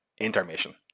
Intermission